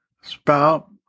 spout